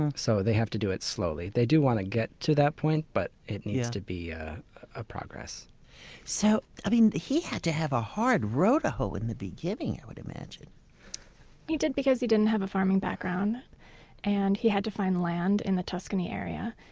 and so they have to do it slowly. they do want to get to that point, but it needs to be a a process so he had to have a hard row to hoe in the beginning i would imagine he did because he didn't have a farming background and he had to find land in the tuscany area.